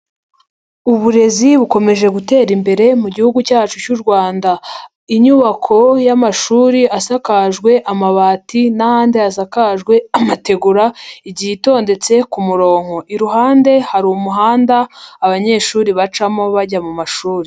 Uburezi bukomeje gutera imbere mu gihugu cyacu cy'u Rwanda, inyubako y'amashuri asakajwe amabati n'ahandi hasakajwe amategura igiye atondetse ku murongo, ku ruhande hari umuhanda abanyeshuri bacamo bajya mu mashuri.